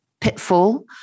pitfall